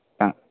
हां